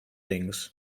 things